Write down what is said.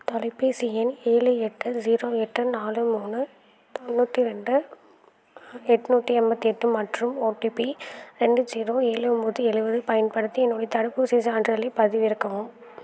தொலைபேசி எண் ஏழு எட்டு ஸீரோ எட்டு நாலு மூணு தொண்ணூற்றி ரெண்டு எண்நூத்தி எண்பத்தி எட்டு மற்றும் ஓடிபி ரெண்டு ஜீரோ ஏழு ஒன்போது எழுவது பயன்படுத்தி என்னுடைய தடுப்பூசிச் சான்றிதழைப் பதிவிறக்கவும்